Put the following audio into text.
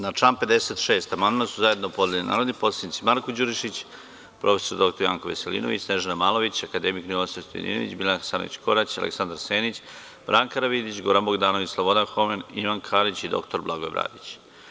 Na član 56. amandman su zajedno podneli narodni poslanici Marko Đurišić, prof. dr Janko Veselinović, Snežana Malović, akademik Ninoslav Stojadinović, Biljana Hasanović Korać, Aleksandar Senić, Branka Karavidić, Goran Bogdanović, Slobodan Homen, Ivan Karić i dr Blagoje Bradić.